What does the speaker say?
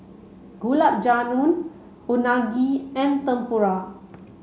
Gulab Jamun Unagi and Tempura